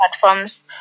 platforms